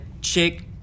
chick